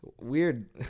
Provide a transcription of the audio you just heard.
Weird